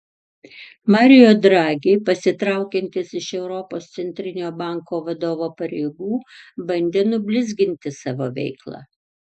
mario draghi pasitraukiantis iš europos centrinio banko vadovo pareigų bandė nublizginti savo veiklą